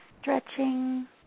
Stretching